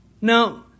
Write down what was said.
no